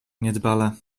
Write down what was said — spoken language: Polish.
niedbale